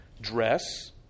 dress